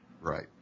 Right